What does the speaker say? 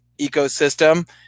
ecosystem